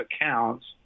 accounts